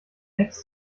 next